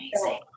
amazing